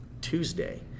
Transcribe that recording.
Tuesday